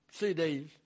CDs